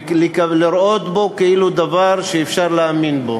ולראות בו דבר שאפשר להאמין בו.